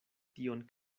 tion